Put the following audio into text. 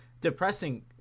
depressing